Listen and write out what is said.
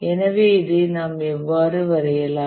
எனவே இதை நாம் எவ்வாறு வரையலாம்